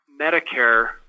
Medicare